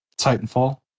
Titanfall